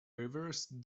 reversed